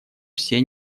все